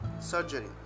Surgery